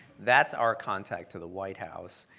that's our contact to the white house,